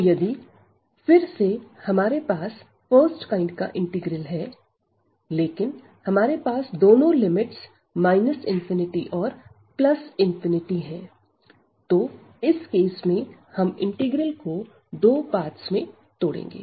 तो यदि फिर से हमारे पास फर्स्ट काइंड का इंटीग्रल है लेकिन हमारे पास दोनों लिमिट्स और है तो इस केस में हम इंटीग्रल को दो पार्टस में तोडेंगे